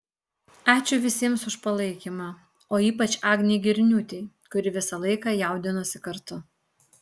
ačiū visiems už palaikymą o ypač agnei girniūtei kuri visą laiką jaudinosi kartu